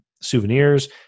souvenirs